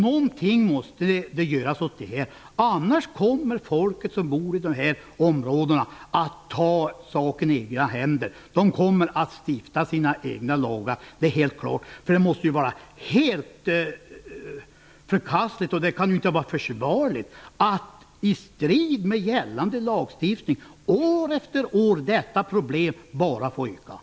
Någonting måste göras, annars kommer folket som bor i de här områdena att ta saken i egna händer, att stifta sina egna lagar -- det är helt klart. Det är ju helt förkastligt, och det kan inte vara försvarligt, att detta problem bara får öka år efter år, i strid med gällande lagstiftning.